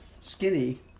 skinny